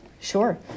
Sure